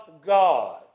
God